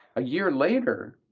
a year later,